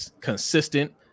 consistent